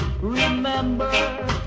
remember